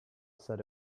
said